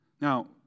Now